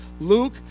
Luke